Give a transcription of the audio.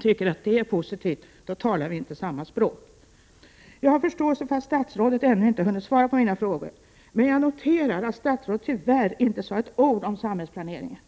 tycker att sådant är positivt, talar vi inte samma språk. Jag har förståelse för att statsrådet ännu inte har hunnit svara på mina frågor. Man jag noterar, tyvärr, att statsrådet inte har sagt ett enda ord om samhällsplaneringen.